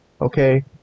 okay